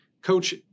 coach